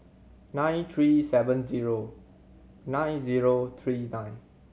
nine three seven zero nine zero three nine